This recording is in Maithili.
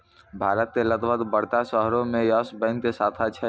भारत के लगभग बड़का शहरो मे यस बैंक के शाखा छै